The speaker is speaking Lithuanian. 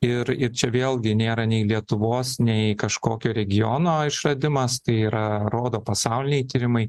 ir ir čia vėlgi nėra nei lietuvos nei kažkokio regiono išradimas tai yra rodo pasauliniai tyrimai